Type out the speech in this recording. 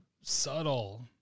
subtle